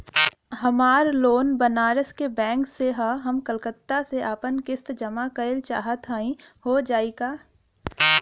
हमार लोन बनारस के बैंक से ह हम कलकत्ता से आपन किस्त जमा कइल चाहत हई हो जाई का?